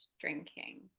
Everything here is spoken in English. drinking